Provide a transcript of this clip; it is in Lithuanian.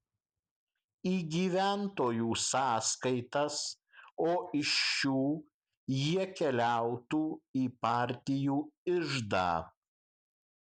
į gyventojų sąskaitas o iš šių jie keliautų į partijų iždą